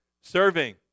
Serving